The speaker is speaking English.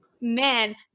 man